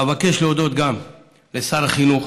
אבקש להודות גם לשר החינוך,